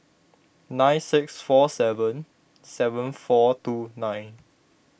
nine six four seven seven four two nine